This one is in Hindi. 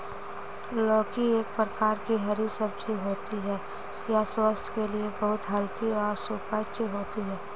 लौकी एक प्रकार की हरी सब्जी होती है यह स्वास्थ्य के लिए बहुत हल्की और सुपाच्य होती है